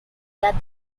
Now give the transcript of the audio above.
that